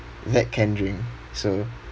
that canned drink so